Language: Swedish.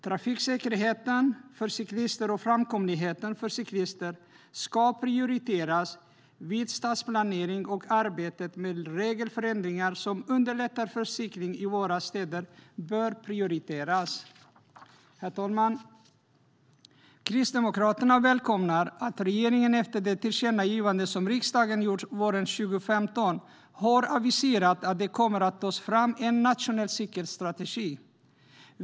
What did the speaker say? Trafiksäkerheten för cyklister och framkomligheten för cyklister ska prioriteras vid stadsplanering, och arbetet med regelförändringar som underlättar för cykling i våra städer bör prioriteras. Herr talman! Kristdemokraterna välkomnar att regeringen efter det tillkännagivande som riksdagen gjorde våren 2015 har aviserat att det kommer att tas fram en nationell cykelstrategi.